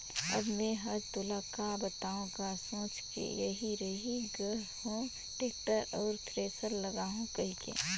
अब मे हर तोला का बताओ गा सोच के एही रही ग हो टेक्टर अउ थेरेसर लागहूँ कहिके